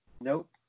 Nope